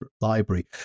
Library